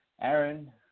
Aaron